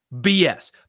BS